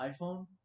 iPhone